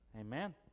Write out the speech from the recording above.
Amen